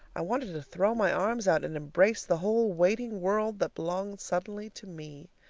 i wanted to throw my arms out and embrace the whole waiting world that belonged suddenly to me.